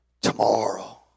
Tomorrow